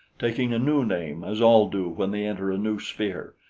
taking a new name, as all do when they enter a new sphere.